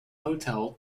hotel